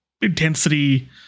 Intensity